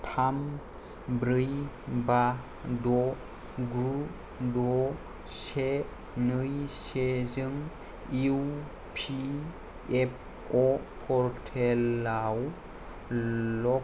थाम ब्रै बा द' गु द' से नै से जों इ पि एफ अ पर्टेलाव लग